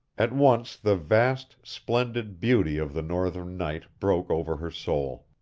at once the vast, splendid beauty of the northern night broke over her soul.